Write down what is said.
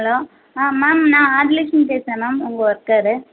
hello ah ma'am நான் ஆதிலக்ஷ்மி பேசுகிறேன் ma'am உங்கள் ஒர்க்கரு